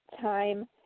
time